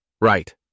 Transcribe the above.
Right